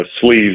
sleeves